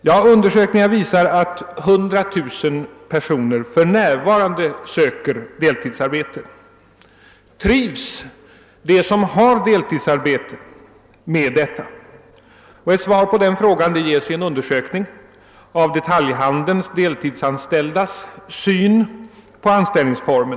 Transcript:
Ja, undersökningar visar att 100 000 personer för närvarande söker deltidsarbete. Trivs då de som har deltidsarbete med detta? Ett svar på den frågan ges i en undersökning om detaljhandelns deltidsanställdas syn på sin anställningsform.